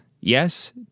Yes